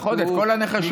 נכון, את כל הנחשלים.